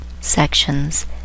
Sections